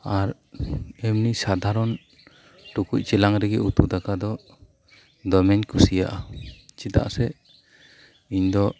ᱟᱨ ᱮᱢᱱᱤ ᱥᱟᱫᱷᱟᱨᱚᱱ ᱴᱩᱠᱩᱡ ᱪᱮᱞᱟᱝ ᱨᱮᱜᱮ ᱩᱛᱩ ᱫᱟᱠᱟ ᱫᱚ ᱫᱚᱢᱤᱧ ᱠᱩᱥᱤᱭᱟᱜᱼᱟ ᱪᱮᱫᱟᱜ ᱥᱮ ᱤᱧ ᱫᱚ